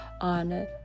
on